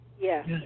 Yes